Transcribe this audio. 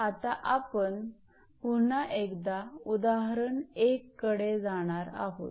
आता आपण पुन्हा एकदा उदाहरण 1 कडे जाणार आहोत